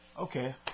Okay